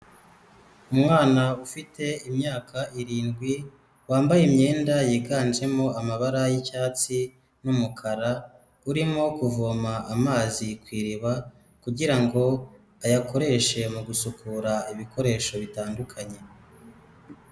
Umwana ufite imyaka irindwi wambaye imyenda yiganjemo amabara y'icyatsi n'umukara, urimo kuvoma amazi ku iriba, kugira ngo ayakoreshe mu gusukura ibikoresho bitandukanye.